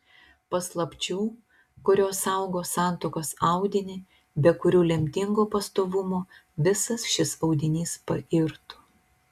paslapčių kurios saugo santuokos audinį be kurių lemtingo pastovumo visas šis audinys pairtų